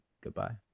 Goodbye